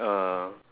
a